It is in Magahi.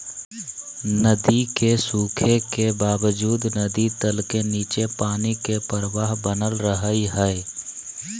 नदी के सूखे के बावजूद नदी तल के नीचे पानी के प्रवाह बनल रहइ हइ